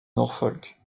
norfolk